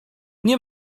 nie